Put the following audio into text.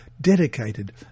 dedicated